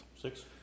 Six